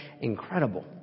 incredible